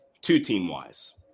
two-team-wise